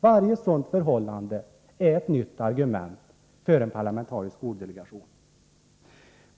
Varje sådant fall är ett nytt argument för en parlamentarisk skoldelegation.